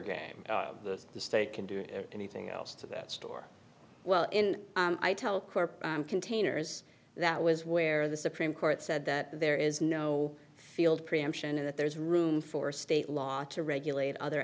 game that the state can do anything else to that store well in i tell corp containers that was where the supreme court said that there is no field preemption and that there is room for state law to regulate other